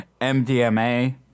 MDMA